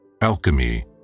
Alchemy